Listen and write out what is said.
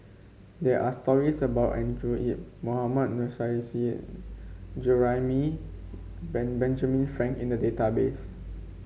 there are stories about Andrew Yip Mohammad Nurrasyid Juraimi Ben Benjamin Frank in the database